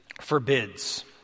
forbids